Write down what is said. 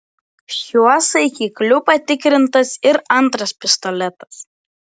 šiuo saikikliu patikrintas ir antras pistoletas